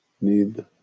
need